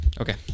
Okay